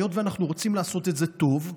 היות שאנחנו רוצים לעשות את זה טוב,